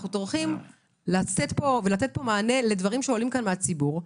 אנחנו טורחים לתת פה מענה לדברים שעולים כאן מהציבור,